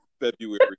February